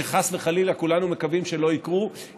שחס וחלילה כולנו מקווים שלא יקרו,